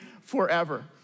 forever